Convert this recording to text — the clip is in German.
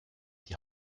die